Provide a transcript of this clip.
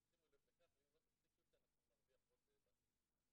תשימו לב לכך ואם לא תפסיקו את זה אנחנו נרוויח עוד משהו חכם,